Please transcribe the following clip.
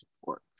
support